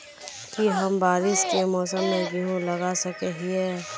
की हम बारिश के मौसम में गेंहू लगा सके हिए?